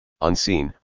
Unseen